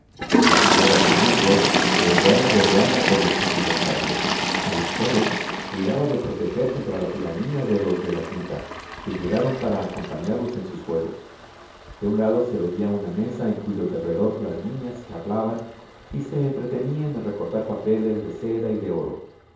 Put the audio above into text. la señora de musgrove se hallaba rodeada por los pequeños harville a los cuales cuidaba de proteger contra la tiranía de los de la quinta que llegaron para acompañarlos en sus juegos de un lado se veía una mesa en cuyo derredor las niñas charlaban y se entretenían en recortar papeles de seda y de oro